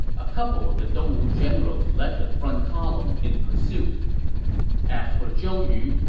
a couple of the dongwu generals led the front column in pursuit as for zhou yu,